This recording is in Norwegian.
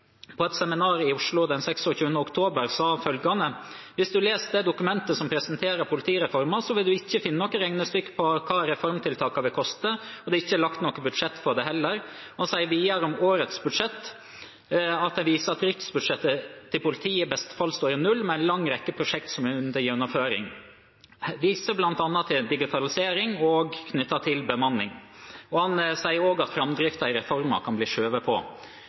på et seminar i Oslo den 26. oktober sa at hvis man leser dokumentet som presenterer politireformen, vil man ikke finne noe regnestykke over hva reformtiltakene vil koste, og at det heller ikke er laget noe budsjett for det. Han sa videre om årets budsjett at det viser at driftsbudsjettet til politiet i beste fall står i null, med en lang rekke prosjekter som er under gjennomføring, og viste bl.a. til digitalisering og bemanning. Han sa også at framdriften i reformen kan bli skjøvet på.